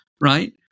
right